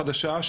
חדשה,